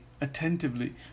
attentively